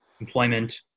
employment